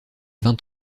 vingt